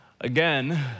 Again